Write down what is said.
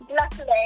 Luckily